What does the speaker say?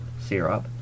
syrup